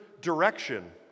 direction